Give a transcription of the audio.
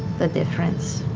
the difference.